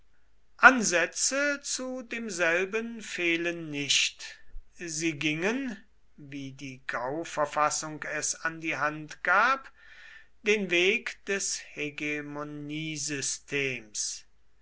ansätze zu demselben fehlen nicht sie gingen wie die gauverfassung es an die hand gab den weg des